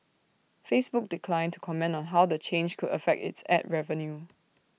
Facebook declined to comment on how the change could affect its Ad revenue